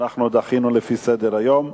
ואנחנו דחינו, לפי סדר-היום.